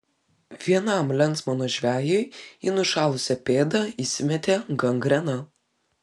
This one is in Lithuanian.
vienam lensmano žvejui į nušalusią pėdą įsimetė gangrena